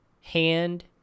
hand